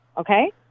okay